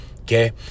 okay